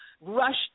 rush